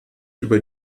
über